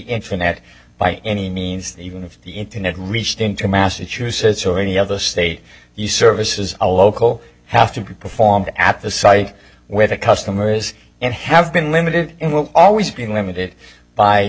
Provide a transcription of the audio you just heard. internet by any means that even if the internet reached into massachusetts or any other state the services a local have to be performed at the site where the customer is and have been limited and will always be limited by